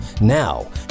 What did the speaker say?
Now